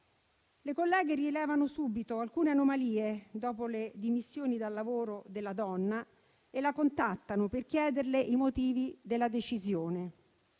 Le colleghe rilevano subito alcune anomalie dopo le dimissioni dal lavoro della donna e la contattano per chiederle i motivi della decisione.